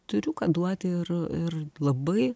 turiu ką duoti ir ir labai